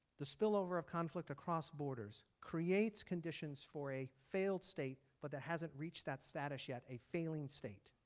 the spillover of conflict across borders creates conditions for a failed state but that hasn't reach that status yet. a failing state.